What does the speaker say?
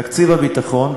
תקציב הביטחון,